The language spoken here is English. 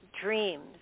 dreams